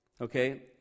Okay